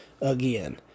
again